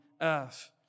earth